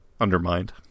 Undermined